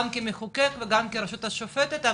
גם כמחוקק וגם כרשות השופטת,